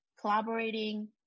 Collaborating